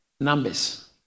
Numbers